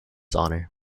honor